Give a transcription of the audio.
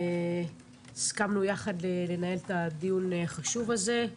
הסכמנו יחד לנהל את הדיון החשוב הזה.